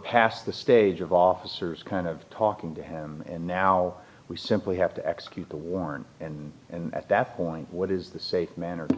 past the stage of officers kind of talking to him and now we simply have to execute the warrant and at that point what is the safe manner